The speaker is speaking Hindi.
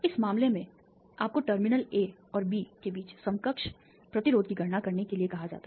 इस मामले में आपको टर्मिनल ए और बी के बीच समकक्ष प्रतिरोध की गणना करने के लिए कहा जाता है